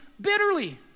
bitterly